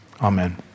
amen